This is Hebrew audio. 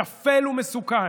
שפל ומסוכן.